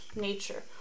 nature